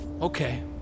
Okay